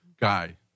guy